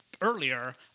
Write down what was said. earlier